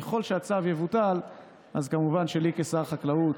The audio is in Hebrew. ככל שהצו יבוטל אז כמובן שלי, כשר החקלאות,